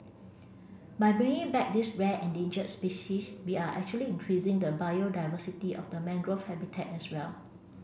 by bringing back this rare endangered species we are actually increasing the biodiversity of the mangrove habitat as well